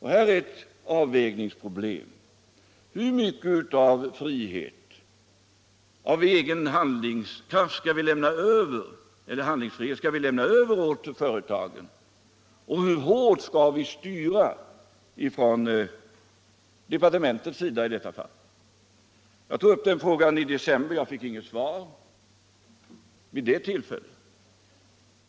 Här är ett avvägningsproblem: Hur mycket av egen handlingsfrihet skall vi lämna över till företagen, och hur hårt skall vi styra, I deta fall från departementets sida? Jag tog upp den frågan i december men fick inget svar vid det tillfället.